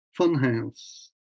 Funhouse